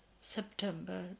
September